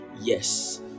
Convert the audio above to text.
Yes